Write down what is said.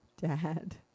Dad